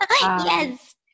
Yes